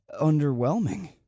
underwhelming